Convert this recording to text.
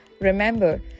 Remember